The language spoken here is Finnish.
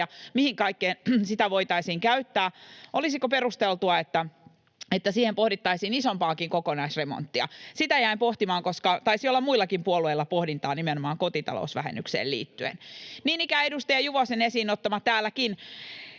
mihin kaikkeen sitä voitaisiin käyttää — ja sitä, olisiko perusteltua, että siihen pohdittaisiin isompaakin kokonaisremonttia. Sitä jäin pohtimaan, koska taisi olla muillakin puolueilla pohdintaa nimenomaan kotitalousvähennykseen liittyen. Niin ikään edustaja Juvosen esiin ottama, täälläkin